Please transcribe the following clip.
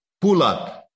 pull-up